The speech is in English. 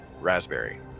raspberry